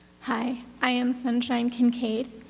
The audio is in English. hi. i am sunshine kincaid.